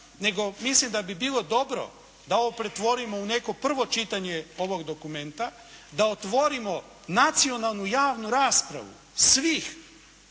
nego mislim da bi bilo dobro da ovo pretvorimo u neko prvo čitanje ovog dokumenta, da otvorimo nacionalnu, javnu raspravu svih